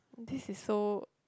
this is so